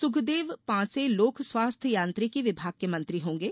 सुखदेव पांसे लोक स्वास्थ्य यांत्रिकी विभाग के मंत्री होंगे